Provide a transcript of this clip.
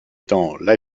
étant